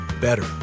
better